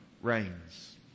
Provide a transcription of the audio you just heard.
reigns